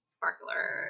sparkler